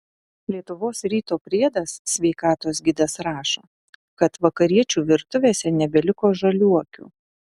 lietuvos ryto priedas sveikatos gidas rašo kad vakariečių virtuvėse nebeliko žaliuokių